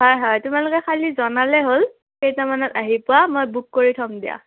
হয় হয় তোমালোকে খালী জনালে হ'ল কেইটামানত আহি পোৱা মই বুক কৰি থ'ম দিয়া